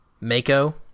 Mako